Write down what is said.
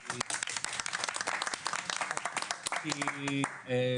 כי אני